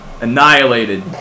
annihilated